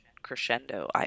Crescendo